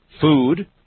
food